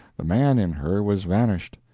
the man in her was vanished,